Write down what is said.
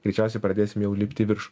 greičiausiai pradėsim jau lipti į viršų